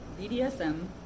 BDSM